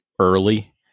early